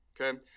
okay